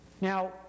Now